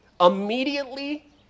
Immediately